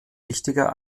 wichtiger